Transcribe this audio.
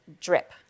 drip